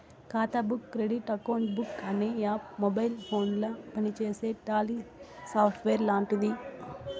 ఖాతా book credit account book అనే app mobile ఫోనుల పనిచేసే టాలీ సాఫ్ట్వేర్ లాంటిది